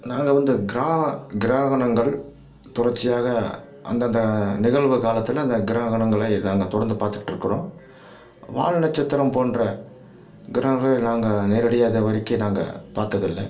நாங்கள் வந்து கிரா கிரகணங்கள் தொடர்ச்சியாக அந்தந்த நிகழ்வு காலத்தில் இந்த கிரகணங்களை நாங்கள் தொடர்ந்து பார்த்துட்டு இருக்கிறோம் வால் நட்சத்திரம் போன்ற கிரகணங்களை நாங்கள் நேரடியாக இது வரைக்கும் நாங்கள் பார்த்ததில்ல